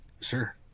Sure